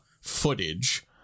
footage